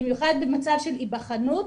במיוחד במצב של היבחנות.